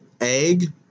Egg